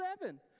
seven